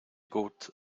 gut